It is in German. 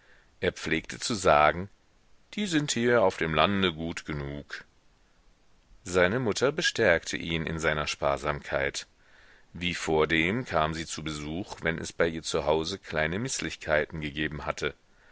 er pflegte zu sagen die sind hier auf dem lande gut genug seine mutter bestärkte ihn in seiner sparsamkeit wie vordem kam sie zu besuch wenn es bei ihr zu hause kleine mißlichkeiten gegeben hatte